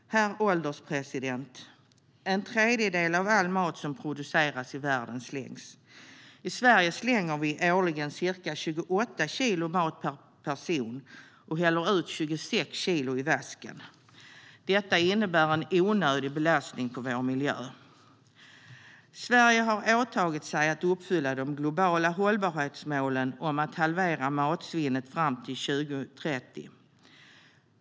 Herr ålderspresident! En tredjedel av all mat som produceras i världen slängs. I Sverige slänger vi årligen ca 28 kilo mat per person och häller ut 26 kilo i vasken. Detta innebär en onödig belastning på vår miljö. Sverige har åtagit sig att uppfylla de globala hållbarhetsmålen om att halvera matsvinnet fram till 2030.